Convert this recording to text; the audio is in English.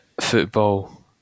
football